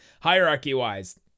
hierarchy-wise